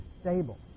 stable